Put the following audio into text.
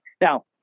now